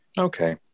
Okay